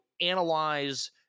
analyze